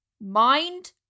Mind